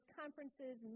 conferences